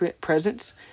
presence